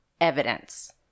evidence